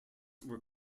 were